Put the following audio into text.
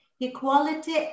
equality